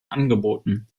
angeboten